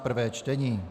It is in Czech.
prvé čtení